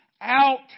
out